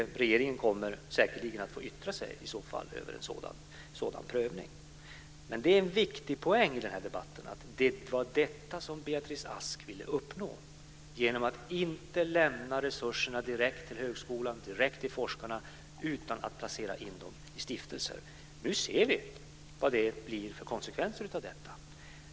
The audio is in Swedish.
Regeringen kommer i så fall säkerligen att få yttra sig över en sådan prövning. En viktig poäng i den här debatten är att det var detta som Beatrice Ask ville uppnå genom att inte lämna resurserna direkt till högskolan, direkt till forskarna, utan i stället placera dem i stiftelser. Nu ser vi vad det blir för konsekvenser av detta.